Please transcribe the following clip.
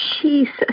Jesus